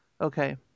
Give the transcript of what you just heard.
Okay